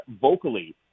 vocally